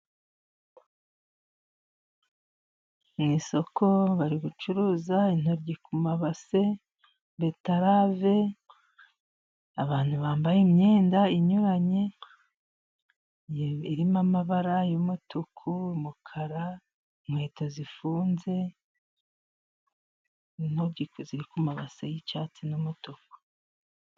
Mu isoko bari gucuruza intoryi ku mabase betarave, abantu bambaye imyenda inyuranye irimo amabara y'umutuku, umukara, inkweto zifunze, intoryi ziri ku mabase y'icyatsi n'umutuku.